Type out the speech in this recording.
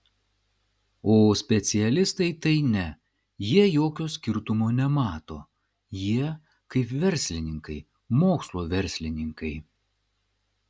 o specialistai tai ne jie jokio skirtumo nemato jie kaip verslininkai mokslo verslininkai